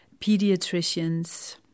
pediatricians